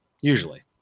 usually